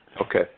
Okay